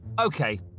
Okay